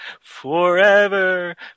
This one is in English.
forever